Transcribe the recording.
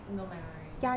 no memory